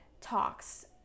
talks